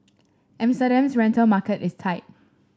Amsterdam's rental market is tight